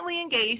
engaged